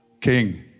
King